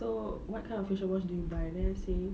so what kind of facial wash do you buy then I say